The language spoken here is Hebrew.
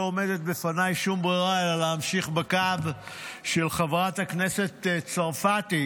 לא עומדת בפניי שום ברירה אלא להמשיך בקו של חברת הכנסת צרפתי.